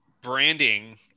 branding